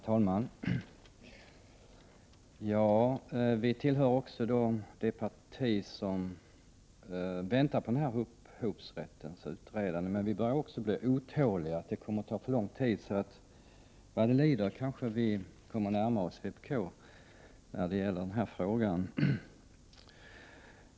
Herr talman! Också miljöpartiet tillhör de partier som vill vänta på upphovsrättsutredningens ställningstagande. Vi börjar dock bli otåliga, då detta kommer att ta lång tid. Vad det lider kommer vi kanske därför att närma oss vpk i denna fråga.